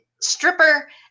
stripper